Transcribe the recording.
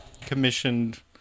commissioned